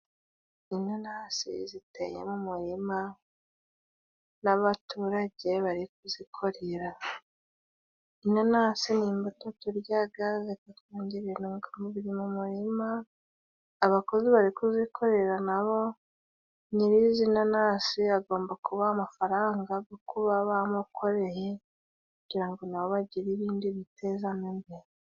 Inanasi ziteye mu murima n'abaturage bari kuzikorera. Inanasi ni imbuto turyaga zikatwongere intungamubiri mu murima, abakozi bari kuzikorera nabo nyir'izi nanasi agomba kubaha amafaranga yo kuba bamukoreye kugira ngo nabo bagire ibindi bitezamo imbere.